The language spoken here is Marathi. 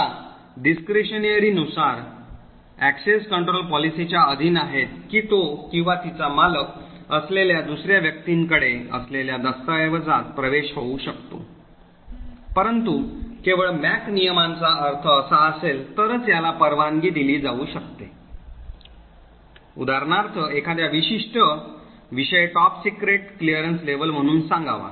आता discretionary नुसार access control पॉलिसीच्या अधीन आहेत की तो किंवा तिचा मालक असलेल्या दुसर्या व्यक्तीकडे असलेल्या दस्तऐवजात प्रवेश होऊ शकतो परंतु केवळ MAC नियमांचा अर्थ असा असेल तरच याला परवानगी दिली जाऊ शकते उदाहरणार्थ एखादा विशिष्ट विषय टॉप सीक्रेट क्लीयरन्स लेव्हल म्हणून सांगावा